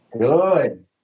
Good